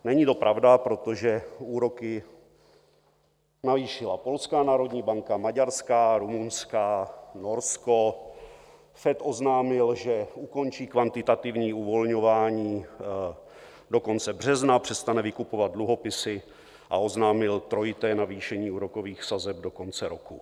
Není to pravda, protože úroky navýšila polská národní banka, maďarská, rumunská, Norsko, FED oznámil, že ukončí kvantitativní uvolňování do konce března, přestane vykupovat dluhopisy a oznámil trojité navýšení úrokových sazeb do konce roku.